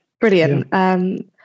brilliant